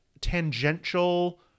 tangential